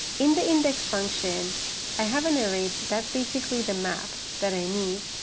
in the index function i have an array that's basically the map that i need,